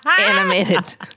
animated